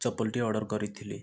ଚପଲ ଟିଏ ଅର୍ଡର କରିଥିଲି